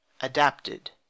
adapted